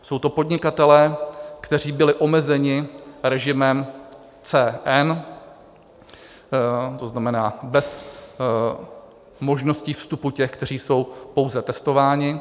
Jsou to podnikatelé, kteří byli omezeni režimem ON, to znamená bez možnosti vstupu těch, kteří jsou pouze testováni.